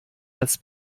als